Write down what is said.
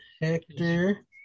Hector